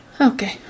Okay